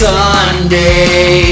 Sunday